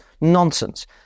nonsense